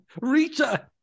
Rita